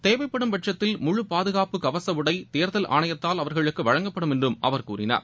தேவைப்படும் பட்சத்தில் முழு பாதுகாப்பு கவச உடைதேர்தல் ஆணையத்தால் அவர்களுக்கு வழங்கப்படும் என்றும் அவர் கூறினார்